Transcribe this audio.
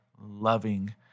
loving